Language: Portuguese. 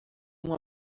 uma